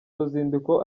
ruzinduko